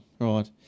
right